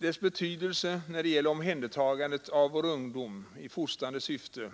Deras betydelse när det gäller omhändertagandet av vår ungdom i fostrande syfte